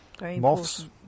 moths